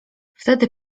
wtedy